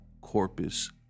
Corpus